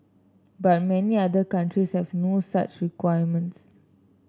but many other countries have no such requirements